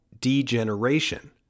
degeneration